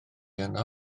yno